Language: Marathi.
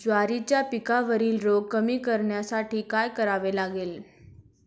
ज्वारीच्या पिकावरील रोग कमी करण्यासाठी काय करावे लागेल?